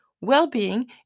well-being